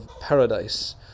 paradise